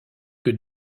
que